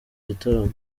gitaramo